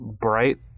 bright